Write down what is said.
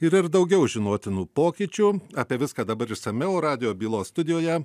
yra ir daugiau žinotinų pokyčių apie viską dabar išsamiau radijo bylos studijoje